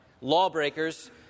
lawbreakers